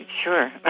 Sure